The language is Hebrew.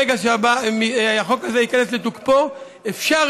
ברגע שהחוק הזה ייכנס לתוקפו אפשר